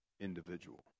individual